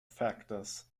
factors